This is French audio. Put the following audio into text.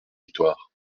victoire